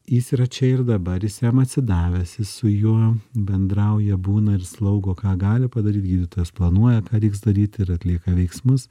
jis yra čia ir dabar jis jam atsidavęs jis su juo bendrauja būna ir slaugo ką gali padaryt gydytojas planuoja ką reiks daryt ir atlieka veiksmus